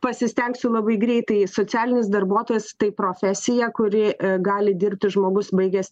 pasistengsiu labai greitai socialinis darbuotojas tai profesija kuri gali dirbti žmogus baigęs